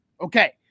Okay